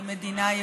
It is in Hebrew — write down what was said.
היא מדינה יהודית,